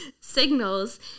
signals